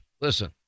listen